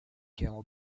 camel